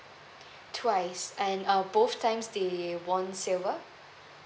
twice and um both times they won silver